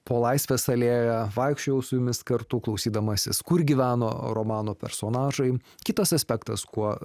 po laisvės alėją vaikščiojau su jumis kartu klausydamasis kur gyveno romano personažai kitas aspektas kuo